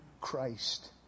Christ